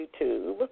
YouTube